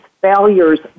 failures